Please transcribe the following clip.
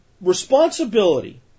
responsibility